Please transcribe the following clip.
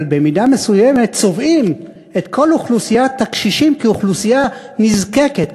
אבל במידה מסוימת צובעים את כל אוכלוסיית הקשישים כאוכלוסייה נזקקת,